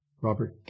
Robert